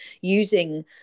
using